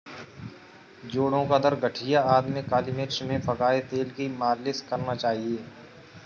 जोड़ों का दर्द, गठिया आदि में काली मिर्च में पकाए तेल की मालिश करना चाहिए